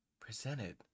presented